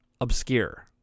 Obscure